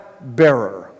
bearer